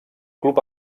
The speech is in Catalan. club